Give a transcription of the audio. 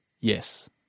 Yes